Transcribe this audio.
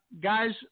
guys